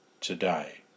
today